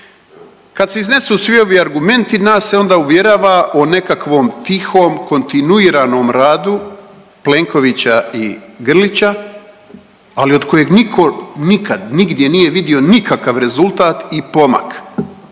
Kad se iznesu svi ovi argumenti nas se onda uvjerava o nekakvom tihom kontinuiranom radu Plenkovića i Grlića, ali od kojeg niko nikad nigdje nije vidio nikakav rezultat i pomak,